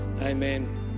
Amen